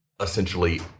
essentially